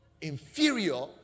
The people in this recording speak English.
inferior